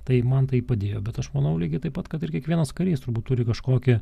tai man tai padėjo bet aš manau lygiai taip pat kad ir kiekvienas karys turbūt turi kažkokį